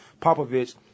Popovich